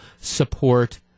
support